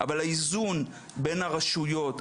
אבל האיזון בין הרשויות,